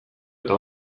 eta